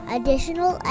Additional